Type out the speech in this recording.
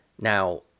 now